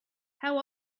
how